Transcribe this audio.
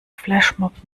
flashmob